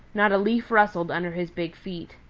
not a leaf rustled under his big feet.